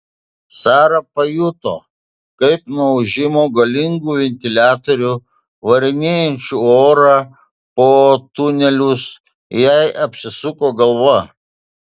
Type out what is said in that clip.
sara pajuto kaip nuo ūžimo galingų ventiliatorių varinėjančių orą po tunelius jai apsisuko galva